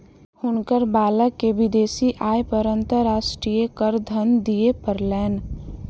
हुनकर बालक के विदेशी आय पर अंतर्राष्ट्रीय करधन दिअ पड़लैन